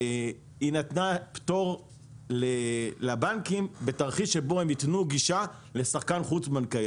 והיא נתנה פטור לבנקים בתרחיש שבו הם יתנו גישה לשחקן חוץ-בנקאי.